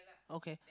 okay